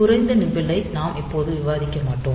குறைந்த நிப்பிள் ஐ நாம் இப்போது விவாதிக்க மாட்டோம்